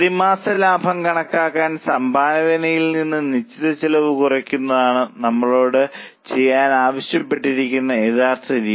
പ്രതിമാസ ലാഭം കണക്കാക്കാൻ സംഭാവനയിൽ നിന്ന് നിശ്ചിത ചെലവ് കുറയ്ക്കുന്നതാണ് നമ്മളോട് ചെയ്യാനാവശ്യപ്പെട്ടിരിക്കുന്ന യഥാർത്ഥ രീതി